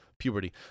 Puberty